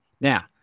Now